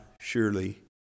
surely